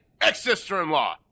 Ex-sister-in-law